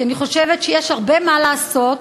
כי אני חושבת שיש הרבה מה לעשות.